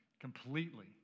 completely